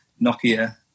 Nokia